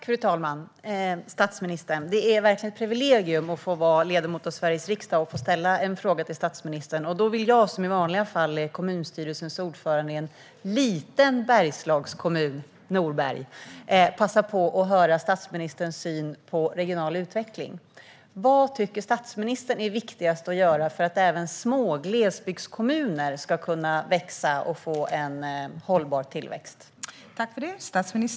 Fru talman och statsministern! Det är verkligen ett privilegium att få vara ledamot av Sveriges riksdag och få ställa en fråga till statsministern. Då vill jag, som i vanliga fall är kommunstyrelsens ordförande i en liten Bergslagskommun, Norberg, passa på att höra statsministerns syn på regional utveckling. Vad tycker statsministern är viktigast att göra för att även små glesbygdskommuner ska kunna växa och få en hållbar tillväxt?